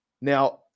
Now